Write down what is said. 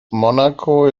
monaco